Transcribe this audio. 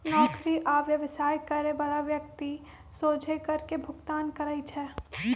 नौकरी आ व्यवसाय करे बला व्यक्ति सोझे कर के भुगतान करइ छै